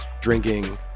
drinking